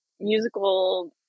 musical